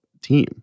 team